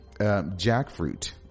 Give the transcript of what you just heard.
jackfruit